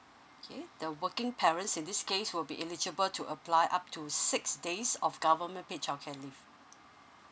okay the working parents in this case will be eligible to apply up to six days of government paid chilcare leave